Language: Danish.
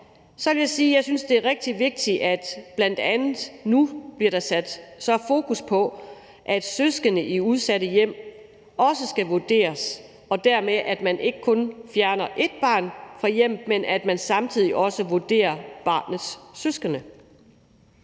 jeg sige, at det er rigtig vigtigt, at der bl.a. nu så bliver sat fokus på, at søskende i udsatte hjem også skal vurderes, og at man dermed ikke kun fjerner ét barn fra hjemmet, men at man samtidig også vurderer barnets søskende.